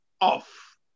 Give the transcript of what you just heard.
off